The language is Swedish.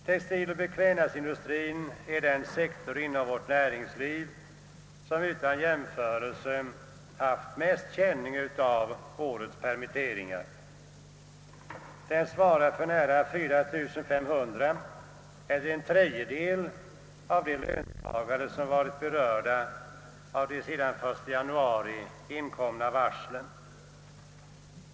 Textiloch beklädnadsindustrien är den sektor inom vårt näringsliv som haft den utan jämförelse hårdaste känningen av årets permitteringar. Den svarar för nära 4 500 eller en tredjedel av de löntagare som berörts av de sedan den 1 januari inkomna varslen.